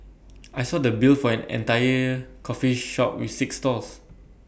I saw the bill for an entire coffee shop with six stalls